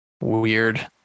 weird